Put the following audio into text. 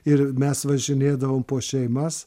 ir mes važinėdavom po šeimas